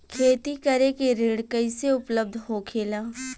खेती करे के ऋण कैसे उपलब्ध होखेला?